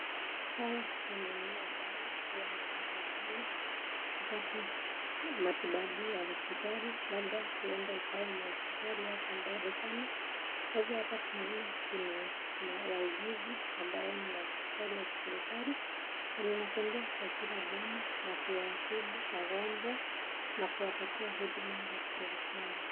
haya ni maeneoambayo huwa ni nadra sana kupata matibabu ya hospitali labda uenda ikawa ni hospitali yako mbali sana. kwa hivyo hapa tunaona kuna wahuguzi ambayo ni wahospitali ya kiserekali, wanatembea kwa kila boma wakiwatibu wagonjwa na kuwapatia huduma za kiserekali.